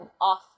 off